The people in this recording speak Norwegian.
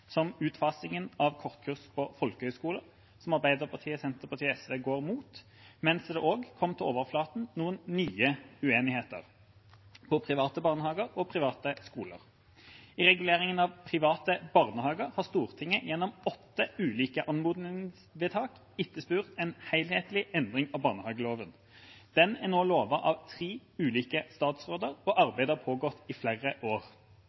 som utfasingen av kortkurs på folkehøyskoler, som Arbeiderpartiet, Senterpartiet og SV går imot, men det er også kommet til overflaten noen nye uenigheter, om private barnehager og private skoler. I reguleringen av private barnehager har Stortinget gjennom åtte ulike anmodningsvedtak etterspurt en helhetlig endring av barnehageloven. Den er nå lovet av tre ulike statsråder, og arbeidet har pågått i flere år.